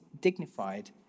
dignified